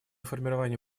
формирование